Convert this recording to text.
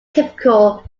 typical